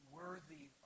worthy